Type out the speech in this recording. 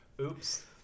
Oops